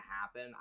happen